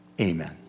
Amen